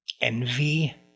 envy